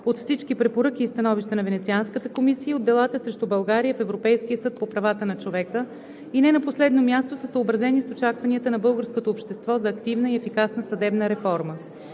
от всички препоръки и становища на Венецианската комисия, от делата срещу България в Европейския съд по правата на човека и не на последно място са съобразени с очакванията на българското общество за активна и ефикасна съдебна реформа.